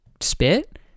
spit